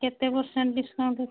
କେତେ percent discount ଅଛି